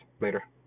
Later